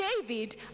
David